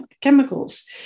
chemicals